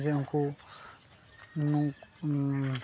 ᱡᱮ ᱟᱢ ᱠᱚ